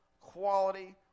quality